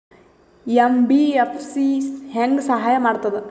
MBFC ಹೆಂಗ್ ಸಹಾಯ ಮಾಡ್ತದ?